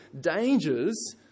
dangers